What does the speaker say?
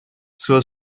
zur